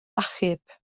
achub